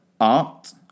art